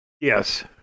Yes